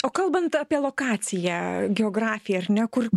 o kalbant apie lokaciją geografiją ar ne kur